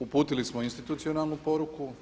Uputili smo institucionalnu poruku.